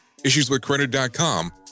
Issueswithcredit.com